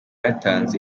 yatanze